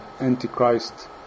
Antichrist